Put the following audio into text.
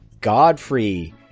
Godfrey